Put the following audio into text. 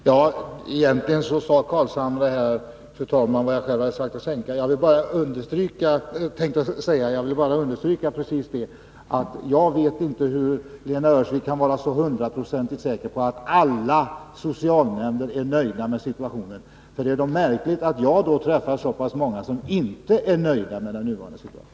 Fru talman! Egentligen sade Nils Carlshamre vad jag hade tänkt säga. Låt mig i stället få fråga Lena Öhrsvik hur hon kan vara så hundraprocentigt säker på att alla socialnämnder är nöjda med den nuvarande situationen. Det är i så fall märkligt att jag har kunnat träffat på så många som inte är nöjda med den.